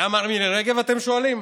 למה על מירי רגב, אתם שואלים?